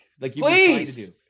Please